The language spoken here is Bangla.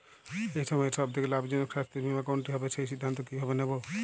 এই সময়ের সব থেকে লাভজনক স্বাস্থ্য বীমা কোনটি হবে সেই সিদ্ধান্ত কীভাবে নেব?